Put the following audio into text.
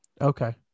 Okay